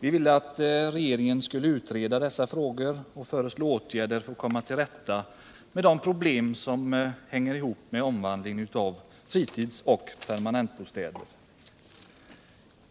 Vi ville att regeringen skulle utreda dessa frågor och föreslå åtgärder för att komma till rätta med de problem som hänger ihop med omvandlingen av fritidsoch permanentbostäder.